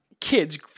kids